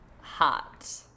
hot